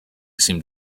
seemed